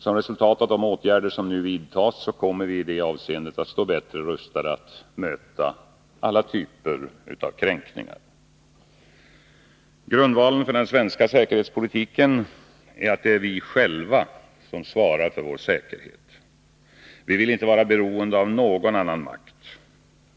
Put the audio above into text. Som resultat av de åtgärder som nu vidtas kommer vi i det avseendet att stå bättre rustade att möta alla typer av kränkningar. Grundvalen för den svenska säkerhetspolitiken är att vi själva svarar för vår säkerhet. Vi vill inte vara beroende av någon annan makt.